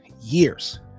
years